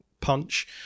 punch